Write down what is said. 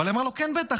היא אמרה לו: כן, בטח.